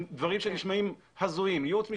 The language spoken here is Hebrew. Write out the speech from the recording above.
דברים שנשמעים הזויים, יעוץ משפטי,